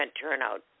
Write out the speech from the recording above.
turnout